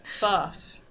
Buff